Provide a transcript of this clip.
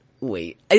Wait